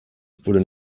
wurde